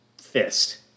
fist